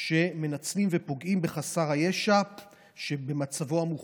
שמנצלים ופוגעים בחסר ישע במצבו המוחלש.